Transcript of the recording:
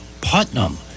Putnam